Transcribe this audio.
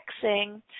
fixing